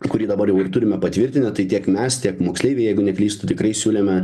kurį dabar jau ir turime patvirtinę tai tiek mes tiek moksleiviai jeigu neklystu tikrai siūlėme